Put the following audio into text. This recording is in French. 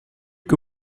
que